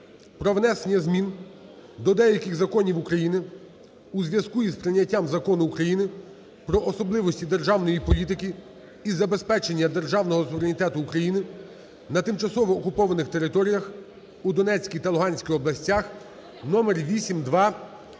про внесення змін до деяких законів України у зв'язку із прийняттям Закону України "Про особливості державної політики із забезпечення державного суверенітету України на тимчасово окупованих територіях у Донецькій та Луганській областях" (№8293).